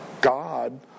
God